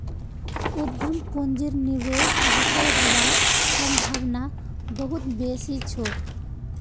उद्यम पूंजीर निवेश विफल हबार सम्भावना बहुत बेसी छोक